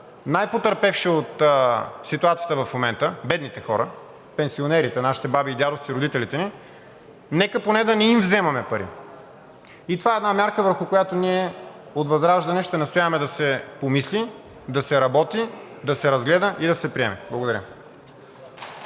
най-потърпевши от ситуацията в момента – бедните хора, пенсионерите, нашите баби и дядовци, родителите ни, нека поне да не им вземаме пари. И това е една мярка, върху която ние от ВЪЗРАЖДАНЕ ще настояваме да се помисли, да се работи, да се разгледа и да се приеме. Благодаря.